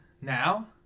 Now